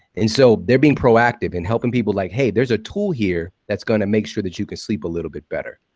and so they're being proactive in helping people. like hey, there's a tool here that's going to make sure that you can sleep a little bit better,